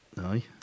Aye